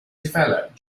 developed